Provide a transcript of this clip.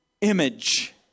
image